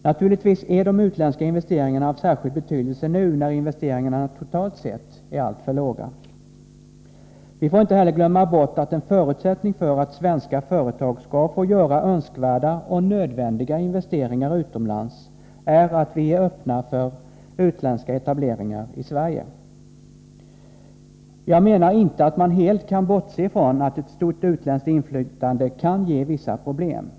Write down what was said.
Naturligtvis är de utländska investeringarna av särskild betydelse nu, när investeringarna totalt sett är alltför låga. Vi får inte heller glömma bort att en förutsättning för att svenska företag skall få göra önskvärda och nödvändiga investeringar utomlands är att vi är öppna för utländsk etablering i Sverige. Jag menar inte att man helt bör bortse från att ett stort utländskt inflytande kan ge vissa problem.